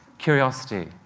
curiosity,